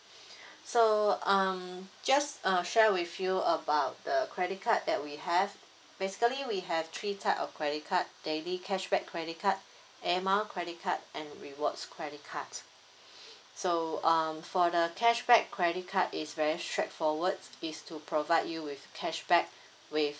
so um just uh share with you about the credit card that we have basically we have three type of credit card daily cashback credit card air mile credit card and rewards credit cards so um for the cashback credit card it's very straight forward it's to provide you with cashback with